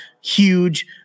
huge